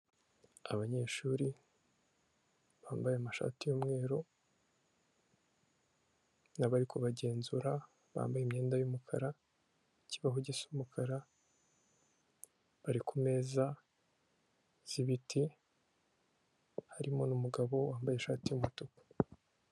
Abanyeshuri, bambaye amashati y'umweru n'abarikubagenzura, bambaye imyenda y'umukara, ikibaho gisa umukara, bari kumeza z'ibiti harimo n'umugabo wambaye ishati y'umutuku.